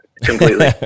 Completely